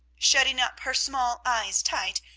shutting up her small eyes tight,